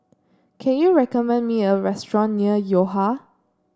can you recommend me a restaurant near Yo Ha